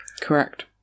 Correct